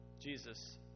Jesus